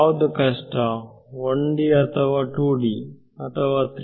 ಯಾವುದು ಕಷ್ಟ 1D ಅಥವಾ 2D ಅಥವಾ 3D